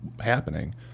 happening